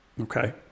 Okay